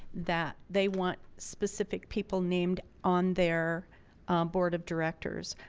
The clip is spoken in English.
that they want specific people named on their board of directors,